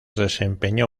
desempeñó